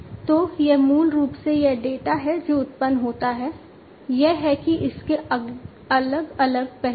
तो यह मूल रूप से यह डेटा है जो उत्पन्न होता है यह है कि इसके अलग अलग पहलू हैं